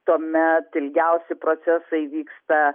tuomet ilgiausi procesai vyksta